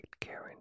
Karen